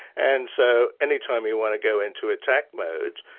and so anytime you want to go into attack mode,